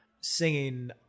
singing